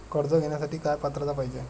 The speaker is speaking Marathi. कर्ज घेण्यासाठी काय पात्रता पाहिजे?